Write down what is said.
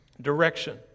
direction